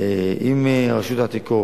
עם רשות העתיקות,